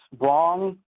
wrong